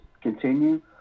continue